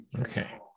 okay